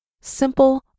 Simple